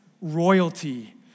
royalty